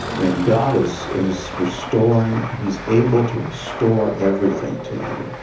and god is is restoring. he is able to restore everything to you.